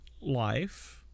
life